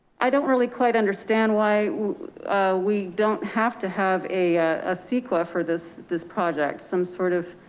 i don't really quite understand why we don't have to have a ah ceqa for this this project, some sort of